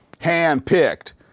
hand-picked